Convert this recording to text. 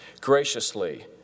graciously